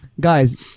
Guys